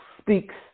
speaks